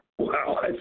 Wow